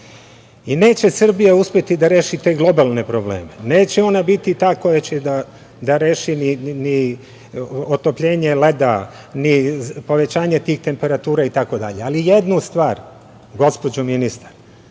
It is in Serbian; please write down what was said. Srbija uspeti da reši te globalne probleme, neće ona biti ta koja će da reši otopljenje leda, ni povećanje tih temperatura, ali jednu stvar, gospođo ministar,